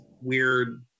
weird